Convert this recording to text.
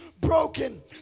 broken